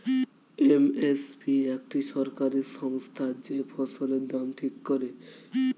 M S P একটি সরকারি সংস্থা যে ফসলের দাম ঠিক করে